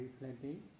reflecting